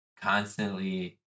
constantly